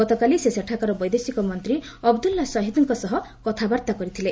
ଗତକାଲି ସେ ସେଠାକାର ବୈଦେଶିକ ମନ୍ତ୍ରୀ ଅବଦୁଲ୍ଲା ସହିଦ୍ଙ୍କ ସହ କଥାବାର୍ତ୍ତା କରିଥିଲେ